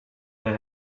they